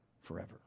forever